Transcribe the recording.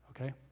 okay